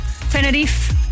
Tenerife